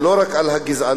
ולא רק על הגזענות,